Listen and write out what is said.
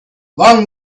long